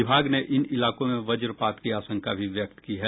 विभाग ने इन इलाकों में वजपात की आशंका भी व्यक्त की है